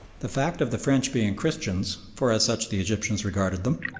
the fact of the french being christians, for as such the egyptians regarded them,